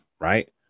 Right